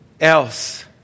else